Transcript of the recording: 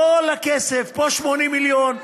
כל הכסף: פה 80 מיליון,